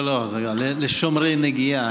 לא, זה לשומרי נגיעה.